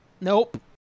Nope